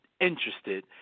interested